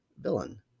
villain